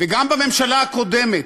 גם בממשלה הקודמת,